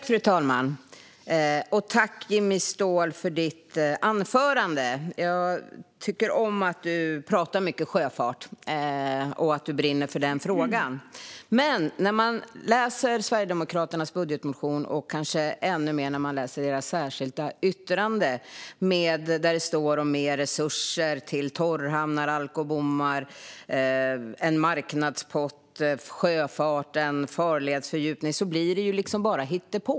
Fru talman! Tack, Jimmy Ståhl, för ditt anförande! Jag tycker om att du pratar mycket om sjöfart och brinner för den frågan. Men när man läser Sverigedemokraternas budgetmotion, och kanske ännu mer när man läser ert särskilda yttrande, där det står om mer resurser till torrhamnar, alkobommar, en marknadspott för sjöfarten och farledsfördjupning, förstår man att det liksom bara är hittepå.